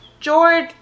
George